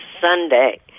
Sunday